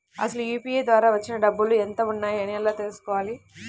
అసలు యూ.పీ.ఐ ద్వార వచ్చిన డబ్బులు ఎంత వున్నాయి అని ఎలా తెలుసుకోవాలి?